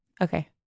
Okay